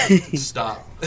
stop